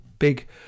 big